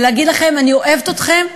ולהגיד לכם: אני אוהבת אתכם,